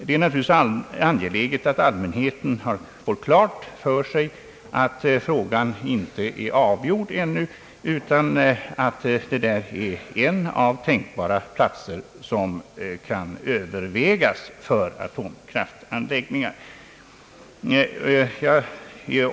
Det är naturligtvis angeläget att allmänheten får klart för sig att frågan ännu inte är avgjord, utan att det här gäller tänkbara platser som kan övervägas för atomkraftanläggningar.